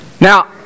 Now